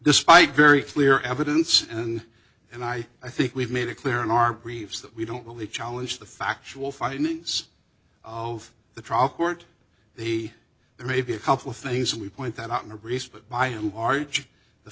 despite very clear evidence and and i i think we've made it clear in our briefs that we don't only challenge the factual findings of the trial court the maybe a couple things we point that out in a race but by who large the